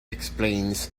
explains